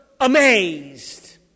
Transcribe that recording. amazed